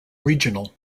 regional